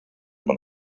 man